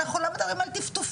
אנחנו לא מדברים על טיפטופים.